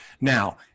Now